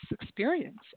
experience